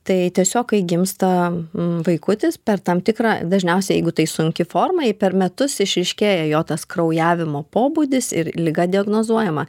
tai tiesiog kai gimsta vaikutis per tam tikrą dažniausiai jeigu tai sunki forma ji per metus išryškėja jo tas kraujavimo pobūdis ir liga diagnozuojama